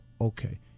okay